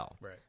right